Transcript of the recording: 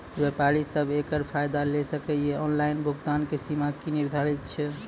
व्यापारी सब एकरऽ फायदा ले सकै ये? ऑनलाइन भुगतानक सीमा की निर्धारित ऐछि?